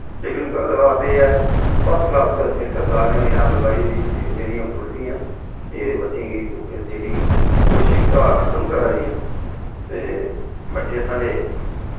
लेकन गल्लबात एह् ऐ फस्सक्लास केह् आखदे नी सरकार ने जेह्ड़ा आंगनबाड़ी जेह्ड़ जेह्ड़ियां खोह्ल्ली दियां न एह् बच्चे गी जेह्ड़ी कपोशकता खत्म करा दियां न ते बच्चे साढ़े